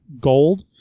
gold